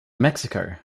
mexico